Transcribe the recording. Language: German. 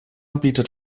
bietet